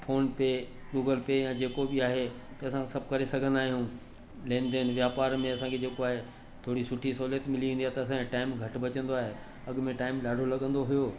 त फोन पे या गूगल पे या जेको बि आहे त असां सभु करे सघंदा आहियूं लेन देन व्यापार में असांखे जेको आहे थोरी सुठी सहूलियत मिली वेंदी आहे त असांखे टाईम घटि बचंदो आहे अॻिमें टाईंम ॾाढो लॻंदो हुयो